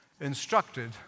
instructed